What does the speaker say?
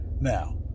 Now